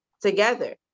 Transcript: together